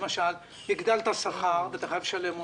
למשל הגדלת שכר שאתה חייב לשלם אותה,